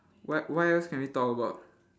what what else can we talk about